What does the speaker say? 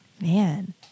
Man